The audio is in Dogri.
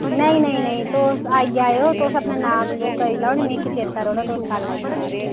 नेईं नेईं नेईं तुस आई जाएओ तुस अपना नांऽ ओह् करी लाओ निं मिकी चेत्ता रौह्ना तुस कल आई जाएओ